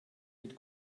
mit